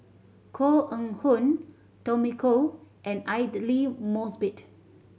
Koh Eng Hoon Tommy Koh and Aidli Mosbit